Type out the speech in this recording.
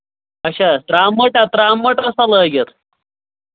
اچھا ترٛامہٕ مٔٹ ہا ترٛامہٕ مٔٹ ٲسوا لٲگِتھ